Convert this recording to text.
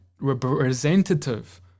representative